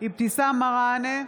אבתיסאם מראענה,